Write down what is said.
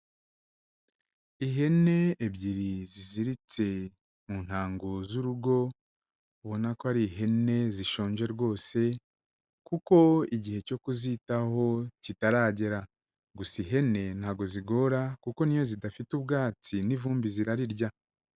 Ihene ebyiri ziziritse mu ntango z'urugo, ubona ko ari ihene zishonje rwose kuko igihe cyo kuzitaho kitaragera, gusa ihene ntabwo zigora kuko n'iyo zidafite ubwatsi n'ivumbi zirarirya.